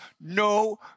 no